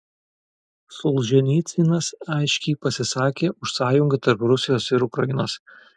solženicynas aiškiai pasisakė už sąjungą tarp rusijos ir ukrainos